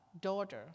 daughter